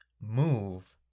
move